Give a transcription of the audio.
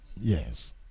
yes